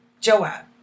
Joab